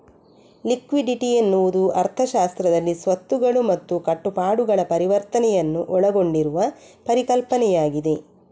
liquidity ಎನ್ನುವುದು ಅರ್ಥಶಾಸ್ತ್ರದಲ್ಲಿ ಸ್ವತ್ತುಗಳು ಮತ್ತು ಕಟ್ಟುಪಾಡುಗಳ ಪರಿವರ್ತನೆಯನ್ನು ಒಳಗೊಂಡಿರುವ ಪರಿಕಲ್ಪನೆಯಾಗಿದೆ